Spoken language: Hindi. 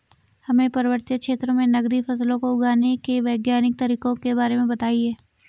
हमें पर्वतीय क्षेत्रों में नगदी फसलों को उगाने के वैज्ञानिक तरीकों के बारे में बताइये?